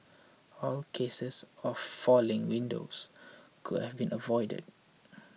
all cases of falling windows could have been avoided